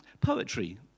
poetry